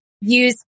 use